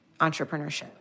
entrepreneurship